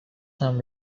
some